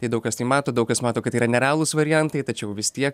tai daug kas tai mato daug kas mato kad tai yra nerealūs variantai tačiau vis tiek